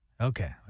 Okay